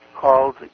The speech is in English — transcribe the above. called